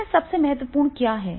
इसमें सबसे महत्वपूर्ण क्या हैं